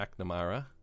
McNamara